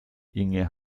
inge